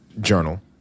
journal